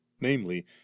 namely